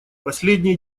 последние